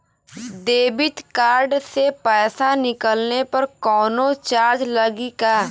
Debit card से पैसा निकलले पर कौनो चार्ज लागि का?